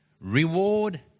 reward